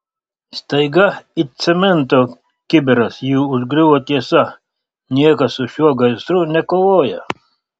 staiga it cemento kibiras jį užgriuvo tiesa niekas su šiuo gaisru nekovoja